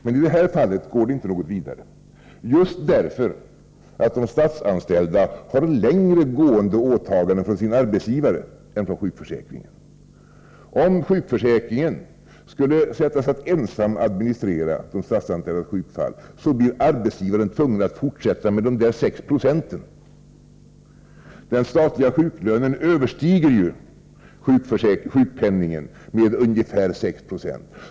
Men i det här fallet går det inte något vidare just därför att de statsanställda har längre gående åtaganden från sin arbetsgivare än från sjukförsäkringen. Om försäkringskassan skulle sättas att ensam administrera de statsanställdas sjukförsäkring, skulle arbetsgivaren bli tvungen att fortsätta med de där 6 procenten. Den statliga sjuklönen överstiger ju sjukpenningen med ungefär 6 96.